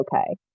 okay